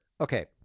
okay